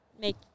make